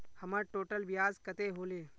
हमर टोटल ब्याज कते होले?